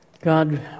God